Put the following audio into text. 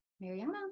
Mariana